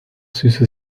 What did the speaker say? süße